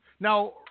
Now